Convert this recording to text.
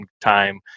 time